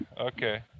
okay